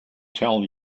tell